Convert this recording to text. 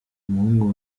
umuhungu